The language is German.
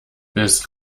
bis